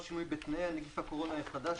או שינוי בתנאיה) (נגיף הקורונה החדש,